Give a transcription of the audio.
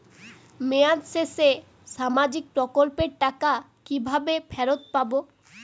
মেয়াদ শেষে সামাজিক প্রকল্পের টাকা কিভাবে ফেরত পাবো?